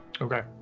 Okay